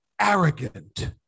arrogant